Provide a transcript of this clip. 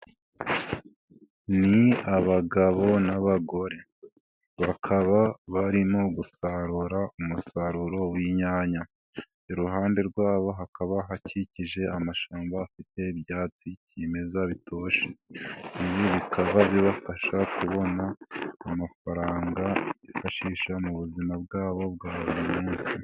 Ni abagabo n'abagore bakaba barimo gusarura umusaruro w'inyanya, iruhande rwabo hakaba hakikije amashyamba afite ibyatsi kimeza bitoshye. Ibi bikaba bibafasha kubona amafaranga bifashisha mu buzima bwabo bwa buri munsi.